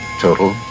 Total